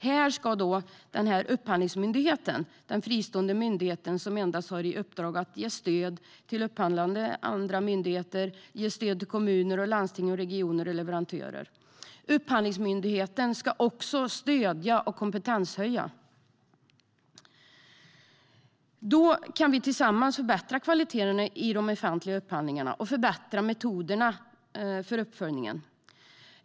Här ska Upphandlingsmyndigheten, som är en fristående myndighet som endast har i uppdrag att ge stöd till upphandlande myndigheter, kommuner, landsting, regioner och leverantörer, stödja och kompetenshöja. Da° kan vi tillsammans förbättra kvaliteten i de offentliga upphandlingarna och förbättra metoderna för uppföljning.